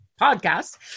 podcast